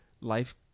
life